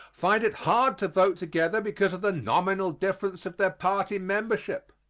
find it hard to vote together because of the nominal difference of their party membership.